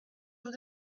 vous